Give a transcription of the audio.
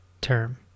term